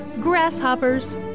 Grasshoppers